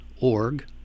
.org